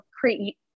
create